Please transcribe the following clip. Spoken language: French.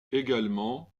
également